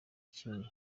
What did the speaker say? kimwe